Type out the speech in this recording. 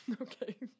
okay